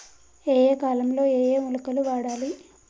ఏయే కాలంలో ఏయే మొలకలు వాడాలి?